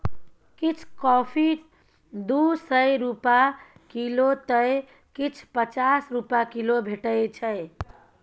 किछ कॉफी दु सय रुपा किलौ तए किछ पचास रुपा किलो भेटै छै